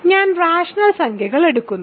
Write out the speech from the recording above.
ഞാൻ റാഷണൽ സംഖ്യകൾ എടുക്കുന്നു